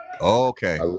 okay